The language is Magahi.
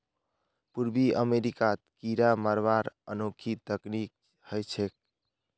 पूर्वी अमेरिकात कीरा मरवार अनोखी तकनीक ह छेक